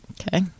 Okay